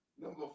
Number